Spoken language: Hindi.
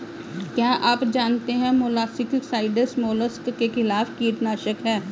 क्या आप जानते है मोलस्किसाइड्स मोलस्क के खिलाफ कीटनाशक हैं?